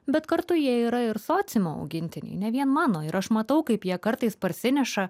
bet kartu jie yra ir sociumo augintiniai ne vien mano ir aš matau kaip jie kartais parsineša